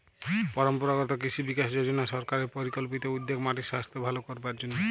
পরম্পরাগত কৃষি বিকাশ যজনা সরকারের পরিকল্পিত উদ্যোগ মাটির সাস্থ ভালো করবার জন্যে